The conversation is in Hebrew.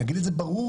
נגיד את זה ברור,